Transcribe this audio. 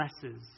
blesses